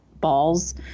balls